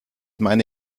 meine